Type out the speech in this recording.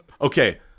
Okay